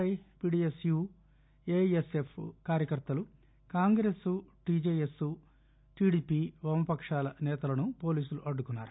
I PDSU AISF కార్యకర్తలు Congress TJS TDP వామపకాల సేతలను పోలీసులు అడ్డుకున్నారు